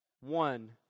one